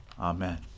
Amen